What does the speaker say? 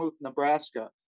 Nebraska